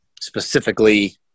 specifically